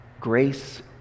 grace